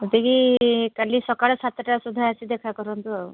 ଏତିକି କାଲି ସକାଳ ସାତଟା ସୁଧା ଆସି ଦେଖା କରନ୍ତୁ ଆଉ